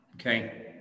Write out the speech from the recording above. Okay